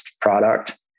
product